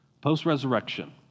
Post-resurrection